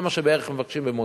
זה בערך מה שמבקשים במודיעין.